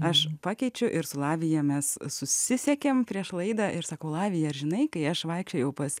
aš pakeičiau ir su latvija mes susisiekėme prieš laidą ir sakau lavija ar žinai kai aš vaikščiojau pas